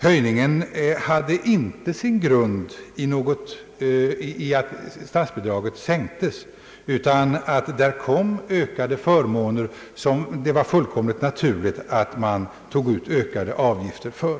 Höjningen hade inte sin grund i att statsbidraget sänktes utan i att det tillkom ökade förmåner, som det var fullkomligt naturligt att man tog ut ökade avgifter för.